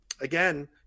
again